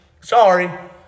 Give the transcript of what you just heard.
Sorry